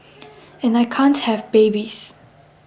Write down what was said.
and I can't have babies